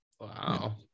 Wow